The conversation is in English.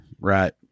right